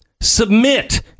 Submit